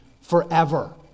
forever